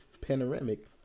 panoramic